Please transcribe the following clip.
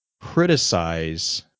criticize